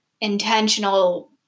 intentional